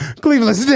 Cleveland